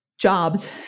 jobs